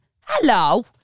Hello